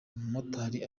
umumotari